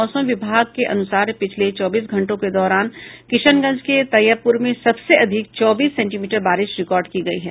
मौसम विभाग के अनुसार पिछले चौबीस घंटों के दौरान किशनगंज के तैयबपुर में सबसे अधिक चौबीस सेंटीमीटर बारिश रिकॉर्ड की गयी है